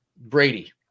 Brady